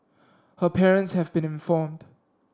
her parents have been informed